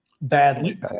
badly